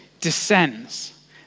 descends